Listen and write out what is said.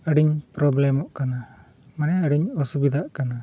ᱟᱹᱰᱤᱧ ᱯᱨᱚᱵᱽᱞᱮᱢᱚᱜ ᱠᱟᱱᱟ ᱢᱟᱱᱮ ᱟᱹᱰᱤᱧ ᱚᱥᱩᱵᱤᱫᱷᱟᱜ ᱠᱟᱱᱟ